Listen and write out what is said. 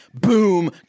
Boom